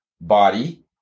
body